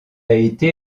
été